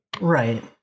Right